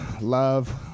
love